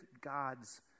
God's